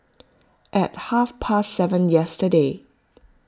at half past seven yesterday